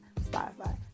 Spotify